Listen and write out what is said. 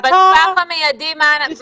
אתה מסתדר עם זה.